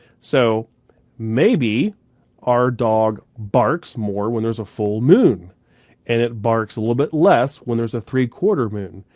so maybe our dog barks more when there's a full moon and it barks a little bit less when there's a three-quarter moon,